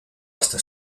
hasta